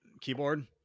keyboard